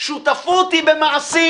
שותפות היא במעשים.